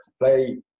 play